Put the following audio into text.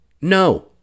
No